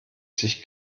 sich